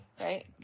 right